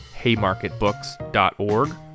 haymarketbooks.org